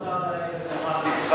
מותר להעיר את תשומת לבך?